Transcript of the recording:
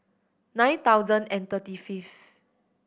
nine thousand and thirty fifth